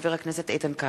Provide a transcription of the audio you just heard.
הצעת חבר הכנסת איתן כבל.